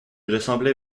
ressemblait